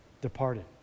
departed